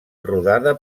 rodada